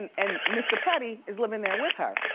and and mr. petty is living there with her.